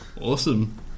Awesome